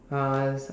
uh